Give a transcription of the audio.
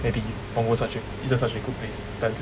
maybe punggol 下去第一下去 good place don't want to